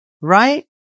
Right